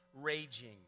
raging